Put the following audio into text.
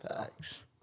Thanks